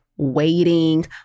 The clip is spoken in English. waiting